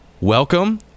welcome